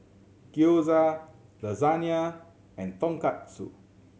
Gyoza Lasagne and Tonkatsu